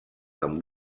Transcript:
amb